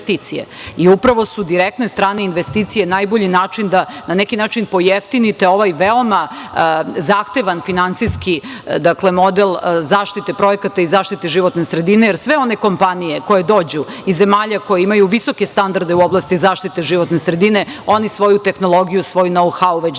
Upravo su direktne strane investicije najbolji način da na neki način pojeftinite ovaj veoma zahtevan finansijski model zaštite projekata i zaštite životne sredine, jer sve one kompanije koje dođu iz zemalja koje imaju visoke standarde u oblasti zaštite životne sredine, one su svoju tehnologiju, svoj know-how već donose